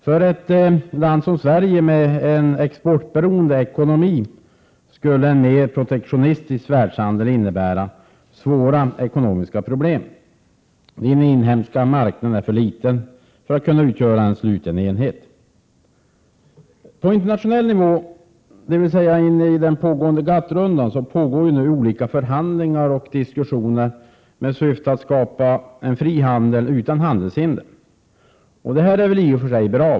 För ett land som Sverige med en exportberoende ekonomi skulle en mer protektionistisk världshandel innebära svåra ekonomiska problem. Den inhemska marknaden är för liten för att kunna utgöra en sluten enhet. På internationell nivå, dvs. i den pågående GATT-rundan, pågår nu olika förhandlingar och diskussioner med syfte att skapa en fri handel utan handelshinder. Det är i och för sig bra.